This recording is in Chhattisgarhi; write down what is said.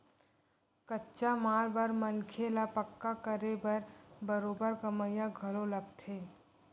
कच्चा माल बर मनखे ल पक्का करे बर बरोबर कमइया घलो लगथे